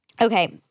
Okay